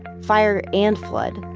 fire and flood.